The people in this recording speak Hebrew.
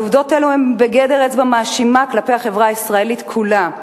עובדות אלו הן בגדר אצבע מאשימה כלפי החברה הישראלית כולה.